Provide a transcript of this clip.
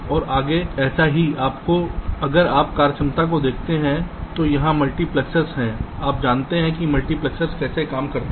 और आगे ऐसे ही लेकिन अगर आप कार्यक्षमता को देखते हैं तो यहां मल्टीप्लेक्सर्स हैं आप जानते हैं कि मल्टीप्लेक्सर कैसे काम करता है